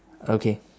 okay